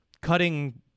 cutting